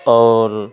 اور